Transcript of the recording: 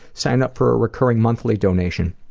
sign up for a recurring monthly donation.